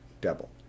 double